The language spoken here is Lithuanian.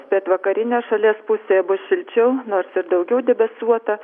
pietvakarinėj šalies pusėje bus šilčiau nors ir daugiau debesuota